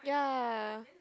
ya